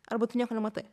arba tu nieko nematai